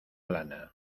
lana